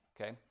Okay